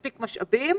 משאבים,